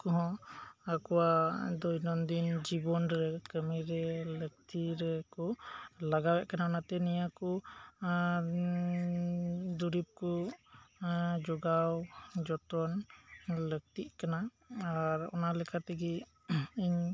ᱟᱠᱚ ᱦᱚᱸ ᱟᱠᱚᱣᱟᱜ ᱫᱚᱭᱱᱳᱱᱫᱤᱱ ᱡᱤᱵᱚᱱ ᱨᱮ ᱠᱟᱹᱢᱤᱨᱮ ᱞᱟᱹᱠᱛᱤ ᱨᱮᱠᱚ ᱞᱟᱜᱟᱣᱮᱫ ᱠᱟᱱᱟ ᱚᱱᱟᱛᱮ ᱱᱤᱭᱟᱹ ᱠᱚ ᱫᱩᱨᱤᱵᱽ ᱠᱚ ᱡᱚᱜᱟᱣ ᱡᱚᱛᱚᱱ ᱞᱟᱹᱠᱛᱤᱜ ᱠᱟᱱᱟ ᱟᱨ ᱚᱱᱟ ᱞᱮᱠᱟ ᱛᱮᱜᱮ ᱤᱧ